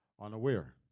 unaware